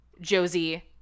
Josie